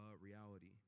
reality